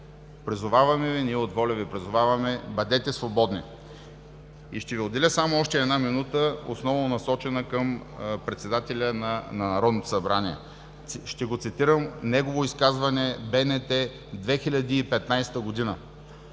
задакулисието. Ние от „Воля“ Ви призоваваме – бъдете свободни! И ще Ви отделя само още една минута, основно насочена към председателя на Народното събрание. Ще цитирам негово изказване – БНТ, 2015 г.: